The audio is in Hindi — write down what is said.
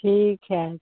ठीक है